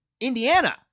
Indiana